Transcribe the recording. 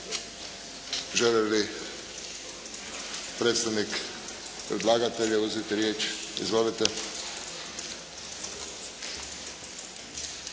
Želi li predstavnik predlagatelja uzeti riječ? Izvolite.